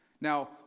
Now